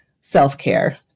self-care